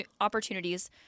opportunities